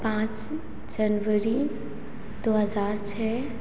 पाँच जनवरी दो हज़ार छह